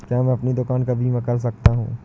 क्या मैं अपनी दुकान का बीमा कर सकता हूँ?